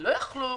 לא יכלו